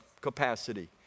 capacity